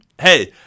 Hey